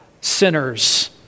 sinners